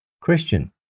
Christian